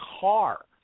car